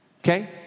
Okay